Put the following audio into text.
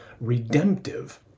redemptive